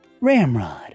Ramrod